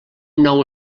nou